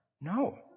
No